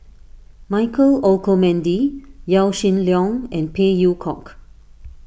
Michael Olcomendy Yaw Shin Leong and Phey Yew Kok